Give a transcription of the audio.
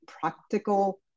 practical